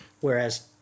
Whereas